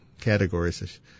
categories